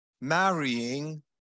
marrying